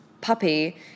puppy